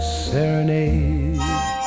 serenade